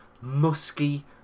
musky